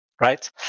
right